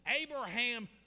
Abraham